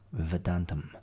Vedantam